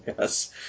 Yes